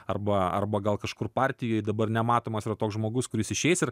arba arba gal kažkur partijoj dabar nematomas yra toks žmogus kuris išeis ir